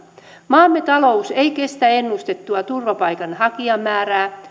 maamme talous ei kestä ennustettua turvapaikanhakijamäärää